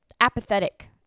apathetic